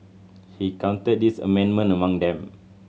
he counted this amendment among them